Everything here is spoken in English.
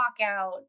walkout